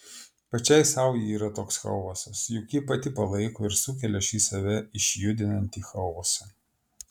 pačiai sau ji yra toks chaosas juk ji pati palaiko ir sukelia šį save išjudinantį chaosą